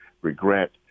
regret